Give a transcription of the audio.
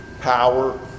power